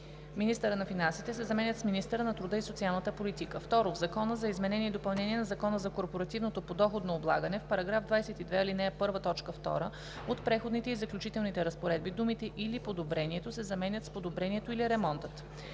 „министъра на финансите“ се заменят с „министъра на труда и социалната политика“. 2. В Закона за изменение и допълнение на Закона за корпоративното подоходно облагане (ДВ, бр. 96 от 2019 г.) в § 22, ал. 1, т. 2 от преходните и заключителните разпоредби думите „или подобрението“ се заменят с „подобрението или ремонтът.“